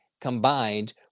combined